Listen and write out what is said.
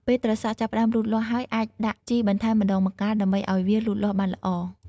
ពេលត្រសក់ចាប់ផ្តើមលូតលាស់ហើយ អាចដាក់ជីបន្ថែមម្តងម្កាលដើម្បីឲ្យវាលូតលាស់បានល្អ។